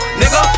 nigga